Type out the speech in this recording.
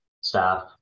staff